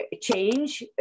change